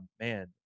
man